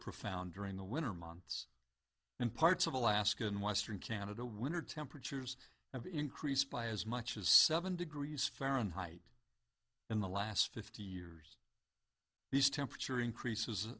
profound during the winter months in parts of alaska in western canada winter temperatures have increased by as much as seven degrees fahrenheit in the last fifty years these temperature increases